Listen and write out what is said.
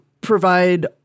provide